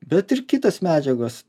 bet ir kitos medžiagos